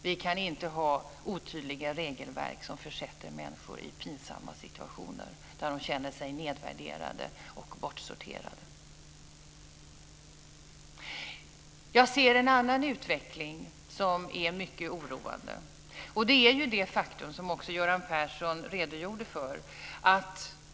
Vi kan inte ha otydliga regelverk som försätter människor i pinsamma situationer där de känner sig nedvärderade och bortsorterade. Jag ser en annan utveckling som är mycket oroande, och det är det faktum som också Göran Persson redogjorde för.